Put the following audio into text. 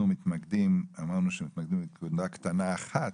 אנחנו מתמקדים בדוגמה קטנה אחת,